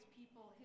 people